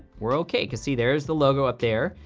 we're okay, cause see, there's the logo up there,